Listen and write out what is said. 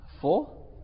Four